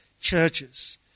churches